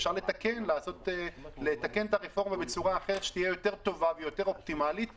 אפשר לתקן את הרפורמה בצורה אחרת שתהיה טובה יותר ואופטימלית יותר.